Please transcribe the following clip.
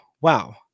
wow